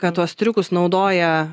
kad tuos triukus naudoja